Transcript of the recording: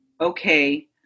okay